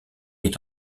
est